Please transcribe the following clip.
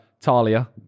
Talia